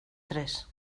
tres